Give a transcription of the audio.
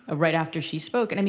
ah right after she spoke. and and